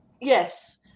yes